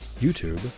YouTube